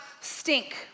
stink